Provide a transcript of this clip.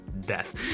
death